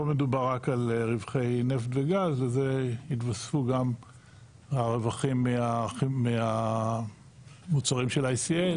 פה מדובר על רווחי נפט וגז אז יתווספו גם הרווחים מהמוצאים של ICL